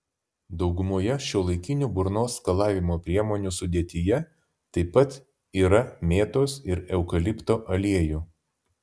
daugumoje šiuolaikinių burnos skalavimo priemonių sudėtyje taip pat yra mėtos ir eukalipto aliejų